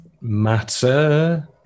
matter